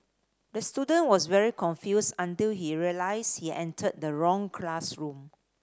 the student was very confused until he realised he entered the wrong classroom